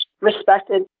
respected